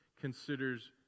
considers